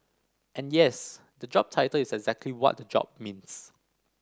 and yes the job title is exactly what the job means